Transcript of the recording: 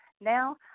now